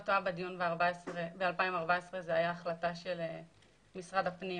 טועה בדיון ב-2014 זאת הייתה החלטה של משרד הפנים,